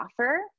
offer